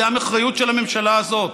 זו האחריות של הממשלה הזאת,